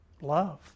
Love